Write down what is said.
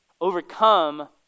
overcome